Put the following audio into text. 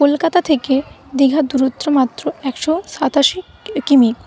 কলকাতা থেকে দীঘার দূরত্ব মাত্র একশো সাতাশি ক কিমি